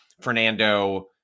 fernando